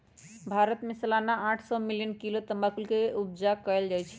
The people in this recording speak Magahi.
भारत में सलाना आठ सौ मिलियन किलो तमाकुल के उपजा कएल जाइ छै